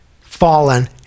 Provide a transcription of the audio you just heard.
fallen